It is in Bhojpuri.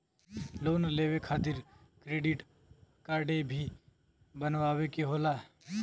लोन लेवे खातिर क्रेडिट काडे भी बनवावे के होला?